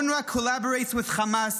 UNRWA collaborates with Hamas,